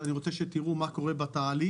ואני רוצה שתראו מה קורה בתהליך